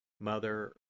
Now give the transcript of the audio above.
Mother